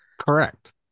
Correct